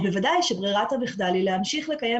אז בוודאי שברירת המחדל היא להמשיך לקיים